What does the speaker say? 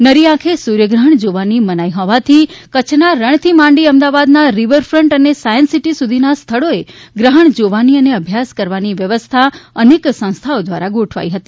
નરી આંખે સૂર્યગ્રહણ જોવાની મનાઈ હોવાથી કચ્છના રણ થી માંડી ને અમદાવાદ ના રિવરફન્ટ અને સાયન્સ સિટી સુધી ના સ્થળોએ ગ્રહણ જોવાની અને અભ્યાસ કરવાની વ્યવસ્થા અનેક સંસ્થાઓ દ્વારા ગોઠવાઈ હતી